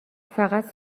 فقط